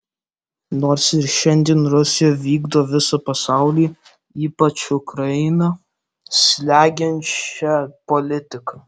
nors ir šiandien rusija vykdo visą pasaulį ypač ukrainą slegiančią politiką